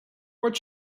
what